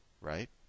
right